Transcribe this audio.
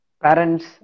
Parents